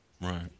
Right